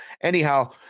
Anyhow